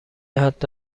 حتی